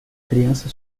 criança